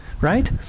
right